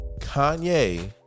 Kanye